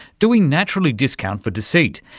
do we naturally discount for deceit?